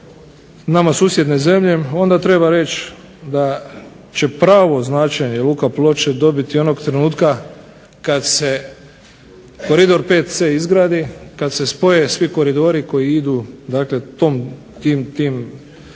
nama susjedne zemlje onda treba reći da će pravo značenje luka Ploče dobiti onog trenutka kada se koridor VC izgradi kada se spoje svi koridori koji idu tim pravcima